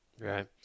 Right